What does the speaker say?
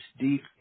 deep